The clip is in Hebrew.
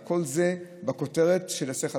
כל זה בכותרת של היסח הדעת.